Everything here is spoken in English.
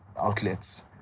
outlets